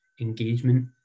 engagement